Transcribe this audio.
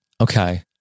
okay